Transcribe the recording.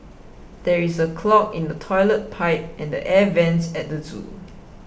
there is a clog in the Toilet Pipe and the Air Vents at the zoo